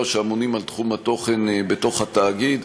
שאמונים על תחום התוכן בתוך התאגיד.